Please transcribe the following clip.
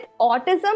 autism